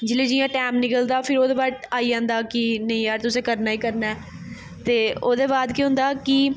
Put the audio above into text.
जिल्लै जि'यां टैम निकलदा फिर ओह्दे बाद आई जंदा कि नेईं यार तुसें करना गै करना ऐ ते ओह्दे बाद केह् होंदा कि